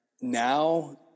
now